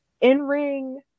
in-ring